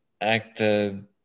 acted